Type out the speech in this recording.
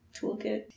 toolkit